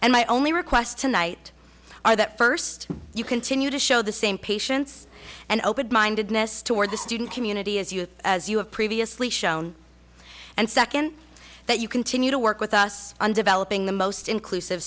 and my only request tonight are that first you continue to show the same patience and open mindedness toward the student community as you as you have previously shown and second that you continue to work with us on developing the most inclusive